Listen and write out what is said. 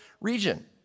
region